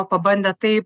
pabandę tai